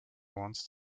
wants